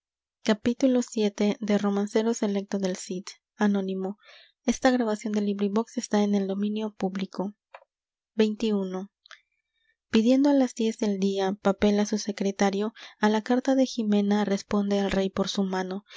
bien contado xxi pidiendo á las diez del día papel á su secretario á la carta de jimena responde el rey por su mano